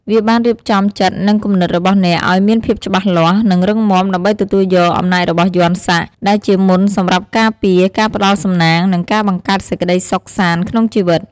វាបានរៀបចំចិត្ត និងគំនិតរបស់អ្នកឲ្យមានភាពច្បាស់លាស់ និងរឹងមាំ ដើម្បីទទួលយក អំណាចរបស់យន្តសាក់ ដែលជាមន្តសម្រាប់ការពារ ការផ្ដល់សំណាង និងការបង្កើតសេចក្ដីសុខសាន្តក្នុងជីវិត។